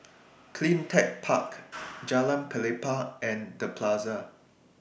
CleanTech Park Jalan Pelepah and The Plaza